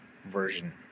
version